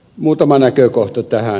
muutama näkökohta tähän